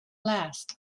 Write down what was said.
last